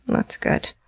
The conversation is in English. that's good.